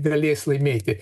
galės laimėti